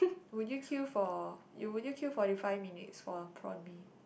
would you queue for you will you queue for forty five minutes for prawn mee